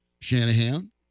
Shanahan